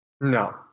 No